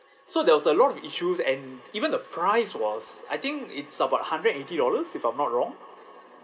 so there was a lot of issues and even the price was I think it's about a hundred and eighty dollars if I'm not wrong